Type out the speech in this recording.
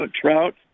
Trout